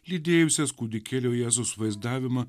lydėjusias kūdikėlio jėzus vaizdavimą